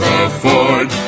afford